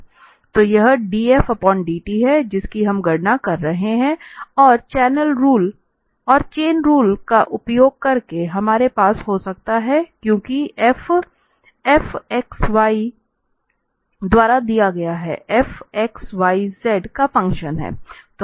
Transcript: तो यह df dt हैं जिसकी हम गणना कर रहे हैं और चैन रूल का प्रयोग करके हमारे पास हो सकता हैं क्योंकि f f x y द्वारा दिया गया है f xyz का फंक्शन है